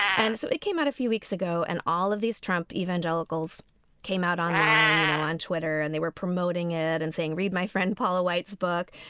and so it came out a few weeks ago and all of these trump evangelicals came out online you know on twitter and they were promoting it and saying read my friend paula white's book.